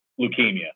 leukemia